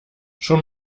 schon